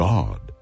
God